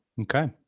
Okay